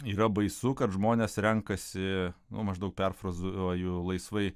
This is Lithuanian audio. yra baisu kad žmonės renkasi nu maždaug perfrazuoju laisvai